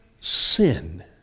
sin